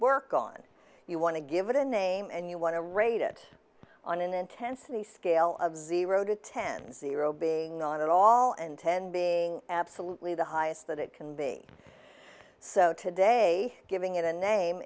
work on you want to give it a name and you want to rate it on an intensity scale of zero to ten zero being on at all and ten being absolutely the highest that it can be so today giving it a name